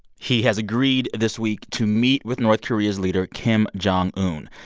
he has agreed this week to meet with north korea's leader, kim jong un.